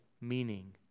meaning